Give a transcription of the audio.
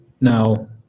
Now